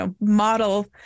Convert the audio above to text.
model